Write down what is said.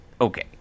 okay